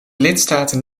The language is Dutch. lidstaten